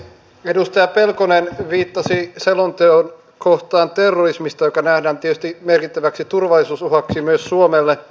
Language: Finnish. edustaja pelkonen viittasi selonteon kohtaan terrorismista joka nähdään tietysti merkittäväksi turvallisuusuhaksi myös suomelle